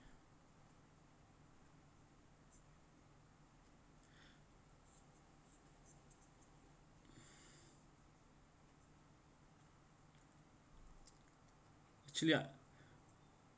actually